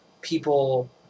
people